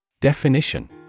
Definition